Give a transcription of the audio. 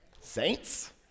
Saints